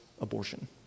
abortion